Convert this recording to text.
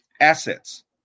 assets